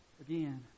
again